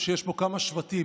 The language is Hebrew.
שיש פה כמה שבטים,